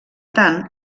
tant